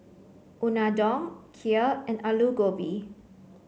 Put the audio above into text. Unadon Kheer and Alu Gobi